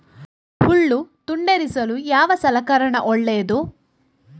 ಹುಲ್ಲು ತುಂಡರಿಸಲು ಯಾವ ಸಲಕರಣ ಒಳ್ಳೆಯದು?